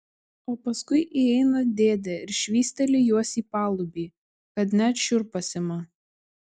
o paskui įeina dėdė ir švysteli juos į palubį kad net šiurpas ima